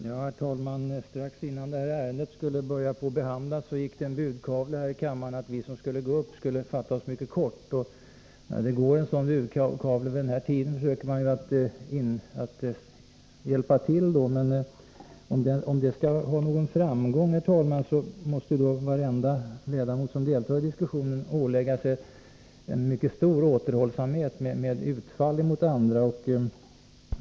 Herr talman! Strax innan detta ärende skulle behandlas gick en budkavle här i kammaren att vi som skulle gå upp i talarstolen skulle fatta oss mycket kort. När det går en sådan budkavle vid den här tiden försöker man ju att hjälpa till. Men om man vill nå framgång måste varenda deltagare i diskussionen ålägga sig en mycket stor återhållsamhet med utfall mot andra.